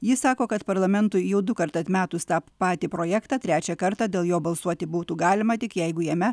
ji sako kad parlamentui jau dukart atmetus tą patį projektą trečią kartą dėl jo balsuoti būtų galima tik jeigu jame